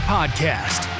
Podcast